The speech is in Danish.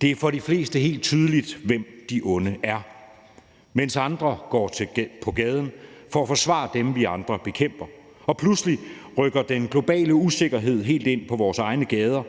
Det er for de fleste helt tydeligt, hvem de onde er, mens nogle går på gaden for at forsvare dem, som vi andre bekæmper. Pludselig rykker den globale usikkerhed helt ind i vores egne gader.